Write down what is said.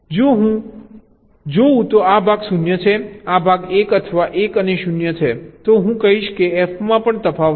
જો હું જોઉં કે આ ભાગ 0 છે આ ભાગ 1 અથવા 1 અને 0 છે તો હું કહીશ કે f માં પણ તફાવત છે